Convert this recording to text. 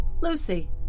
Lucy